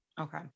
Okay